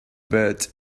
but